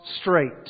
straight